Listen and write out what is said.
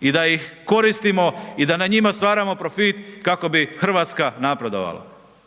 i da ih koristimo i da na njima stvaramo profit kako bi Hrvatska napredovala.